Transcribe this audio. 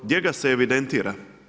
Gdje ga se evidentira?